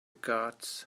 gods